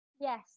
yes